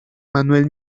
manuel